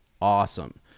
awesome